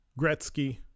Gretzky